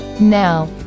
Now